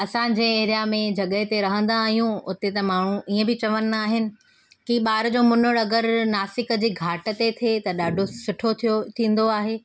असांजे एरिया में जॻहि ते रहंदा आहियूं उते त माण्हू इअं बि चवंदा आहिनि की ॿार जो मुंनणु अगरि नासिक जे घाट ते थिए त ॾाढो सुठो थियो थींदो आहे